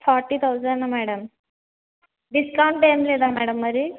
forty thousand madam discount ఏమి లేదా madam మరి